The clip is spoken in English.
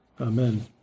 Amen